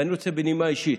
ואני רוצה בנימה אישית,